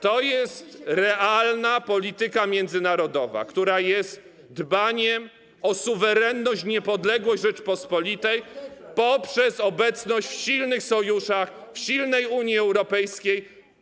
To jest realna polityka międzynarodowa, która jest dbaniem o suwerenność i niepodległość Rzeczypospolitej poprzez obecność w silnych sojuszach, w silnej Unii Europejskiej.